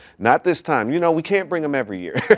not this time, you know we can't bring him every year.